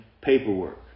paperwork